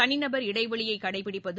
தளிநபர் இடைவெளியை கடைப்பிடிப்பது